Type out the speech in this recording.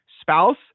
spouse